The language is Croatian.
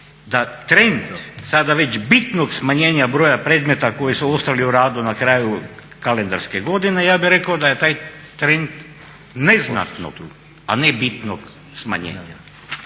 da trend sada već bitnog smanjenja broja predmeta koji su ostali u radu na kraju kalendarske godine ja bih rekao da je taj trend neznatnog, a ne bitnog smanjenja.